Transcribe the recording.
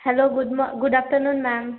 hello good मॉ good afternoon ma'am